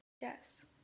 Yes